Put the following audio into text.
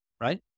right